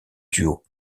duo